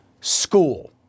School